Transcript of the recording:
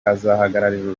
azahagararira